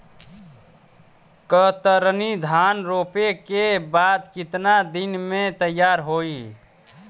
कतरनी धान रोपे के बाद कितना दिन में तैयार होई?